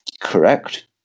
Correct